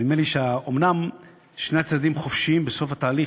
נדמה לי שאומנם שני הצדדים חופשיים בסוף התהליך,